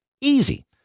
Easy